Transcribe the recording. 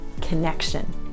connection